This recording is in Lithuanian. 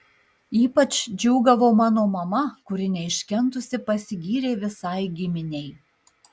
ypač džiūgavo mano mama kuri neiškentusi pasigyrė visai giminei